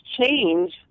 change